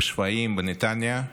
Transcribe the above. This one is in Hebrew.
בשפיים, בנתניה.